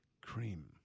cream